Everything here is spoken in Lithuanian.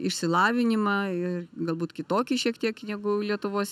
išsilavinimą ir galbūt kitokį šiek tiek negu lietuvos